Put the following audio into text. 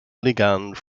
ligand